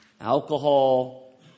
alcohol